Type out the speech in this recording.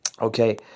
okay